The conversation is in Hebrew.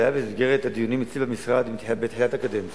זה היה במסגרת הדיונים אצלי במשרד בתחילת הקדנציה.